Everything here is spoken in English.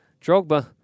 Drogba